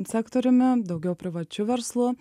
sektoriumi daugiau privačiu verslu